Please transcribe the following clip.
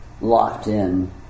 locked-in